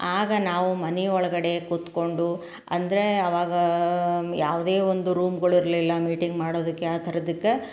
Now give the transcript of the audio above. ಆಗ ನಾವು ಮನೆ ಒಳಗಡೆ ಕೂತ್ಕೊಂಡು ಅಂದರೆ ಅವಾಗ ಯಾವುದೇ ಒಂದು ರೂಮ್ಗಳು ಇರಲಿಲ್ಲ ಮೀಟಿಂಗ್ ಮಾಡೋದಕ್ಕೆ ಆ ಥರದಕ್ಕೆ